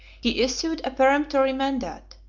he issued a peremptory mandate,